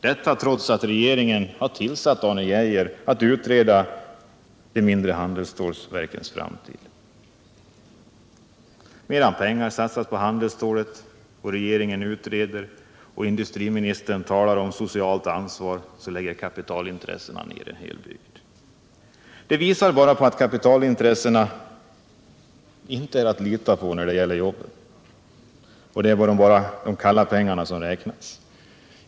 Detta trots att regeringen tillsatt Arne Geijer att utreda de mindre handelsstålverkens framtid. Medan pengar satsas på handelsstålet, regeringen utreder och industriministern talar om socialt ansvar lägger kapitalintressena ned en hel bygd. Det visar bara att kapitalintressena inte är att lita på när det gäller jobben. Det är bara de kalla pengarna som räknas.